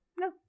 no